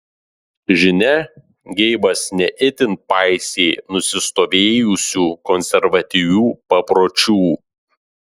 žinia geibas ne itin paisė nusistovėjusių konservatyvių papročių